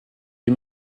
des